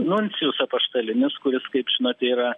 nuncijus apaštalinis kuris kaip žinote yra